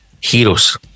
heroes